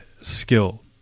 skill